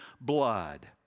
blood